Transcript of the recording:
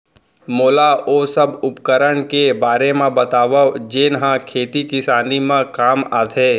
मोला ओ सब उपकरण के बारे म बतावव जेन ह खेती किसानी म काम आथे?